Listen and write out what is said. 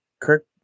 Kirk